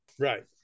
Right